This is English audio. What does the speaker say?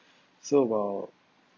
so while